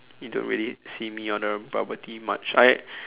you don't really see me order bubble tea much I